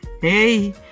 Hey